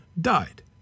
died